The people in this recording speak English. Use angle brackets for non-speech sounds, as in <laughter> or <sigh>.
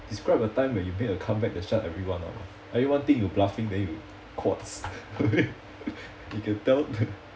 describe a time when you made a comeback then shut everyone up ah everyone think you bluffing then you <laughs> you can tell <laughs>